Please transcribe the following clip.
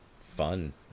fun